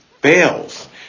fails